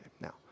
Now